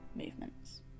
movements